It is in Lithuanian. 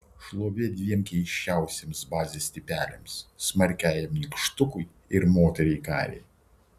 šlovė dviem keisčiausiems bazės tipeliams smarkiajam nykštukui ir moteriai karei